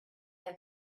have